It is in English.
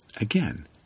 Again